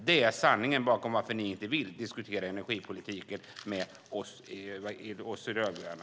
Det är sanningen bakom att ni inte vill diskutera energipolitiken med oss rödgröna.